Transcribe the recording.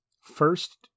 first